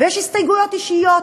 ויש הסתייגויות אישיות,